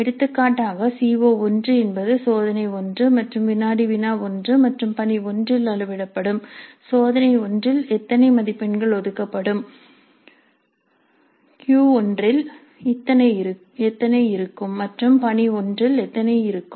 எடுத்துக்காட்டாக C O one என்பது சோதனை 1 மற்றும் வினாடி வினா 1 மற்றும் பணி 1 இல் அளவிடப்படும் சோதனை 1 இல் எத்தனை மதிப்பெண்கள் ஒதுக்கப்படும் Q 1 இல் எத்தனை இருக்கும் மற்றும் பணி 1 இல் எத்தனை இருக்கும்